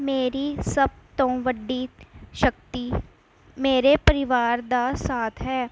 ਮੇਰੀ ਸਭ ਤੋਂ ਵੱਡੀ ਸ਼ਕਤੀ ਮੇਰੇ ਪਰਿਵਾਰ ਦਾ ਸਾਥ ਹੈ